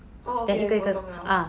orh okay 我懂了